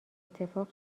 اتفاق